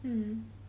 mm